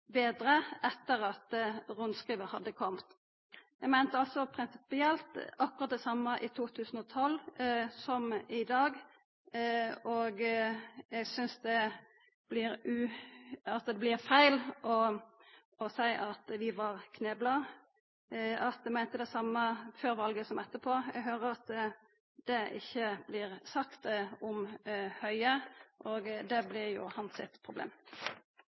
betre etter at rundskrivet hadde kome. Eg meinte altså prinsipielt akkurat det same i 2012 som i dag, og eg synest det blir feil å seia at vi vart knebla. Vi meinte det same før valet som etterpå. Eg høyrer at det ikkje vert sagt om Høie, men det vert jo hans problem.